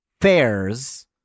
fairs